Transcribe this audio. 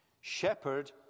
shepherd